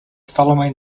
following